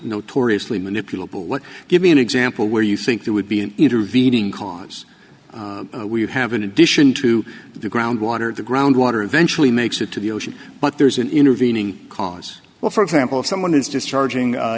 notoriously manipulable what give me an example where you think there would be an intervening cause we have in addition to the ground water the ground water eventually makes it to the ocean but there's an intervening cause well for example if someone is just charging